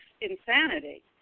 insanity